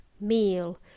meal